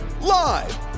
live